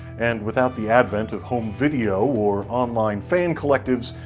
and without the advent of home video or online fan collectives,